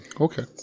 Okay